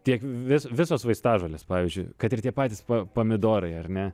tiek vis visos vaistažolės pavyzdžiui kad ir tie patys pomidorai ar ne